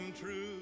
true